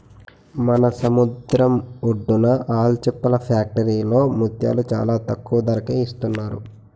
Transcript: మన సముద్రం ఒడ్డున ఆల్చిప్పల ఫ్యాక్టరీలో ముత్యాలు చాలా తక్కువ ధరకే ఇస్తున్నారు